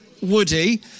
Woody